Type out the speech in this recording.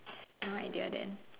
right at the other end